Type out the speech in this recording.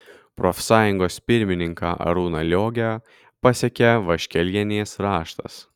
profsąjungos pirmininką arūną liogę pasiekė vaškelienės raštas